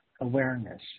awareness